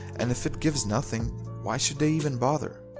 and if it gives nothing why should they even bother.